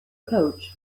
coach